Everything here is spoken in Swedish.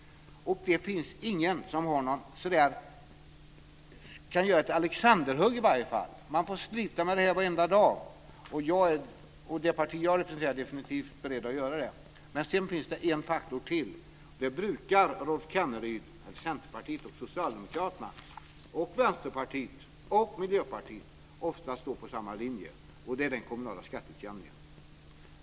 Det finns ingen som kan göra ett alexanderhugg. Man får slita med det här varenda dag. Det parti som jag representerar är definitivt beredda att göra det. Sedan finns det en faktor till, och där brukar, Rolf Kenneryd, Centerpartiet och Socialdemokraterna, liksom Vänsterpartiet och Miljöpartiet, oftast gå på samma linje. Det gäller den kommunala skatteutjämningen.